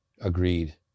agreed